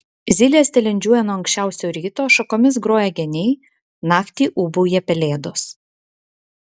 zylės tilindžiuoja nuo anksčiausio ryto šakomis groja geniai naktį ūbauja pelėdos